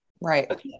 right